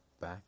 back